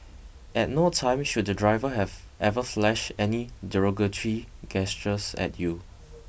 at no time should the driver have ever flashed any derogatory gestures at you